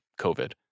COVID